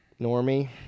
Normie